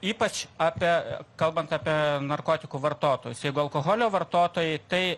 ypač apie kalbant apie narkotikų vartotojus jeigu alkoholio vartotojai tai